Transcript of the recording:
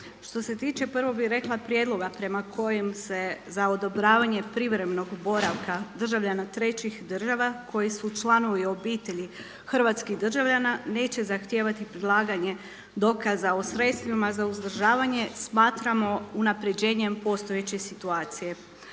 Što se tiče prvo bih rekla prijedloga prema kojem se za odobravanje privremenog boravka državljana trećih država koji su članovi obitelji hrvatskih državljana neće zahtijevati predlaganje dokaza o sredstvima za uzdržavanje, smatramo unapređenjem postojeće situacije.